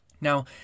Now